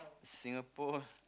Singapore